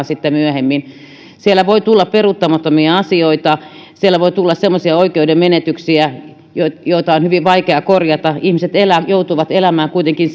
sitten myöhemmin siellä voi tulla peruuttamattomia asioita siellä voi tulla semmoisia oikeudenmenetyksiä joita on hyvin vaikea korjata ihmiset joutuvat elämään kuitenkin